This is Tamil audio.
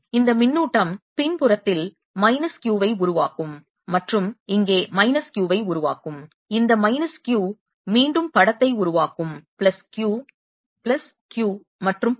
இந்த மின்னூட்டம் பின்புறத்தில் மைனஸ் Q வை உருவாக்கும் மற்றும் இங்கே மைனஸ் Q வை உருவாக்கும் இந்த மைனஸ் Q மீண்டும் படத்தை உருவாக்கும் பிளஸ் Q பிளஸ் Q மற்றும் பல